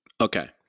Okay